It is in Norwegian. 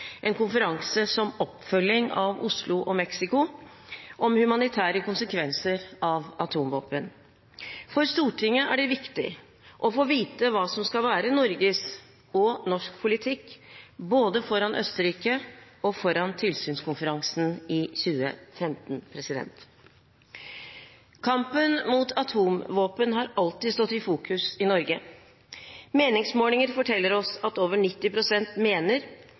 en konferanse – som oppfølging av Oslo og Mexico – om humanitære konsekvenser av atomvåpen. For Stortinget er det viktig å få vite hva som skal være Norges og norsk politikk, både foran Østerrike og foran tilsynskonferansen i 2015. Kampen mot atomvåpen har alltid stått i fokus i Norge. Meningsmålinger forteller oss at over 90 pst. mener